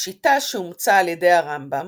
השיטה שאומצה על ידי הרמב"ם